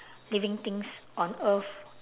living things on earth